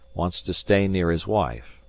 wants to stay near his wife.